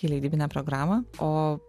į leidybinę programą o